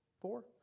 Four